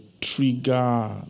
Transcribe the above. trigger